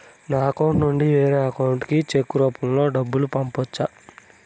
నా అకౌంట్ నుండి వేరే అకౌంట్ కి చెక్కు రూపం లో డబ్బును పంపొచ్చా?